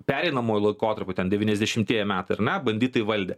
pereinamuoju laikotarpiu ten devyniasdešimtieji metai ar ne banditai valdė